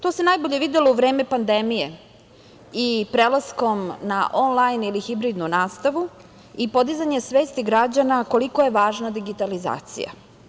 To se najbolje videlo u vreme pandemije i prelaskom na onlajn ili hibridnu nastavu i podizanje svesti građana koliko je važna digitalizacija.